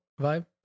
vibe